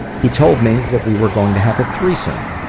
he told me that we were going to have a threesome.